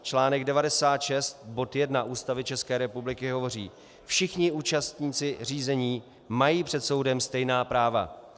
Článek 96 bod 1 Ústavy České republiky hovoří: Všichni účastníci řízení mají před soudem stejná práva.